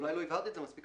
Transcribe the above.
אולי לא הבהרתי מספיק,